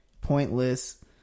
pointless